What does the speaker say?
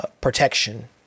Protection